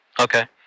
Okay